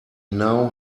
now